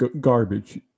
Garbage